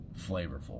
flavorful